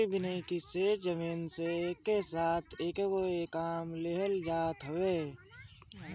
कृषि वानिकी से जमीन से एके साथ कएगो काम लेहल जात हवे